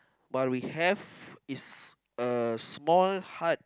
but we have is a small hut